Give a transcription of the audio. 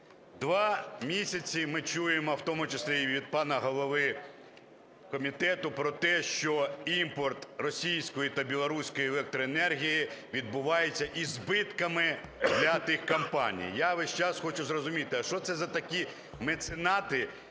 Два місяці ми чуємо, в тому числі і від пана голови комітету, про те, що імпорт російської та білоруської електроенергії відбувається із збитками для тих компаній. Я весь час хочу зрозуміти: а що це за такі меценати,